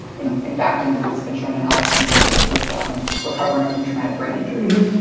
and in fact, and it's been shown to help, you know, with recovering from traumatic brain injury.